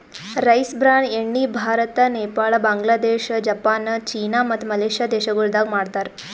rice bran ಎಣ್ಣಿ Bharat, Nepal, Bangladesh, Japan, China ಮತ್ತ Malaysia ದೇಶಗೊಳ್ದಾಗ್ ಮಾಡ್ತಾರ್